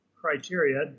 criteria